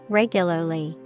regularly